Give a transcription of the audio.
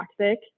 toxic